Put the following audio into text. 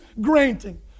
granting